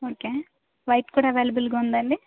okay white కూడా అవైలబుల్గా ఉందాండి